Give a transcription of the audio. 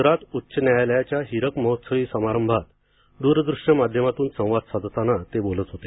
गुजरात उच्च न्यायालयाच्या हीरक महोत्सवी समारंभात दूरदृश्य माध्यमातून संवाद साधताना ते बोलत होते